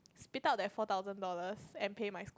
spit out that four thousand dollars and pay my